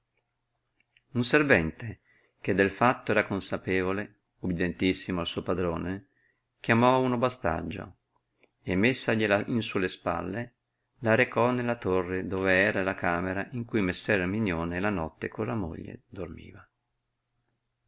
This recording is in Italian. il servente che del fatto era consapevole ubidientissimo al suo patrone chiamò uno bastaggio e messagliela in su le spalle la recò nella torre dove era la camera in cui messer erminione la notte con la moglie dormiva